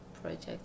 project